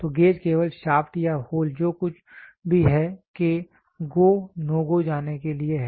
तो गेज केवल शाफ्ट या होल जो कुछ भी है के गो नो गो जाने के लिए है